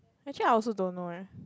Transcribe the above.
actually I also don't know leh